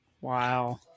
Wow